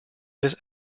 this